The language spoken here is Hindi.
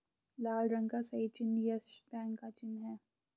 लाल रंग का सही चिन्ह यस बैंक का चिन्ह है